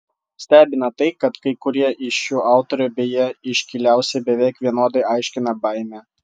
stebina tai kad kai kurie iš šių autorių beje iškiliausi beveik vienodai aiškina baimę